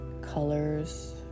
colors